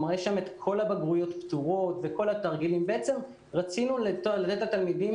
יש שם את כל הבגרויות פתורות ואת כל התרגילים רצינו לתת לתלמידים